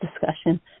discussion